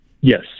Yes